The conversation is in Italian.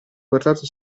portato